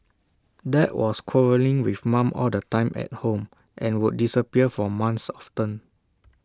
dad was quarrelling with mum all the time at home and would disappear for months often